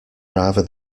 rather